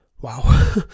Wow